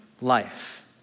life